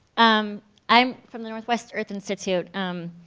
um i'm from the northwest earth institute. um